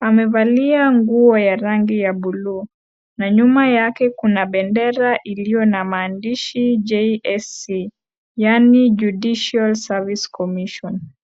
Amevalia nguo ya rangi ya bluu, na nyuma yake kuna bendera iliyo na maandishi JSC, yaani Judicial Service Commission.